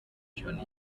journey